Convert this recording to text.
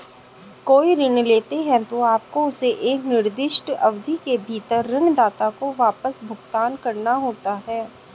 कोई ऋण लेते हैं, तो आपको उसे एक निर्दिष्ट अवधि के भीतर ऋणदाता को वापस भुगतान करना होता है